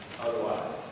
otherwise